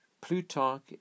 Plutarch